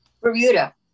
Bermuda